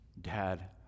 Dad